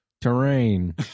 Terrain